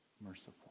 merciful